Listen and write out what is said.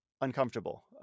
uncomfortable